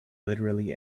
literally